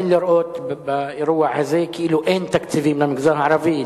אין לראות באירוע הזה כאילו אין תקציבים למגזר הערבי,